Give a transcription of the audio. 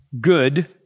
good